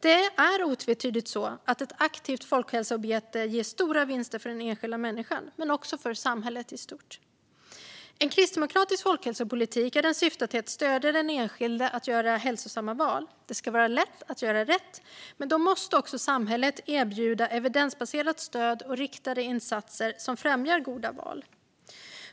Det är otvetydigt så att ett aktivt folkhälsoarbete ger stora vinster för den enskilda människan men också för samhället i stort. En kristdemokratisk folkhälsopolitik syftar till att stödja den enskilde i att göra hälsosamma val. Det ska vara lätt att göra rätt, men då måste också samhället erbjuda evidensbaserat stöd och riktade insatser som främjar goda val.